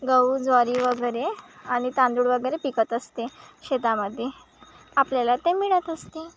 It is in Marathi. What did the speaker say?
गहू ज्वारी वगैरे आणि तांदूळ वगैरे पिकत असते शेतामध्ये आपल्याला ते मिळत असते